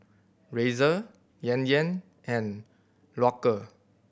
Razer Yan Yan and Loacker